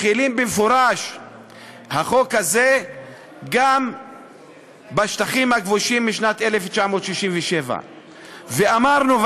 מחילים במפורש את החוק הזה גם בשטחים הכבושים משנת 1967. ואמרנו,